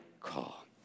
call